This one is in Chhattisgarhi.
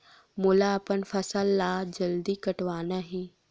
मोला अपन फसल ला जल्दी कटवाना हे?